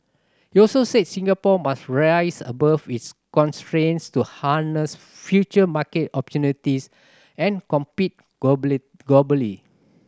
he also said Singapore must rise above its constraints to harness future market opportunities and compete globally globally